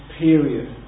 period